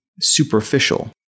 superficial